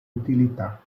utilità